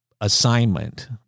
assignment